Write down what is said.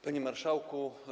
Panie Marszałku!